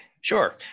Sure